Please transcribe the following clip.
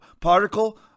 particle